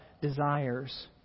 desires